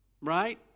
Right